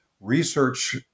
research